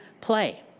play